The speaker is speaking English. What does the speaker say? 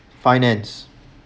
finance